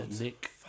Nick